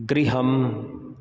गृहम्